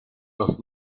los